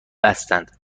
بستند